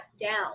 down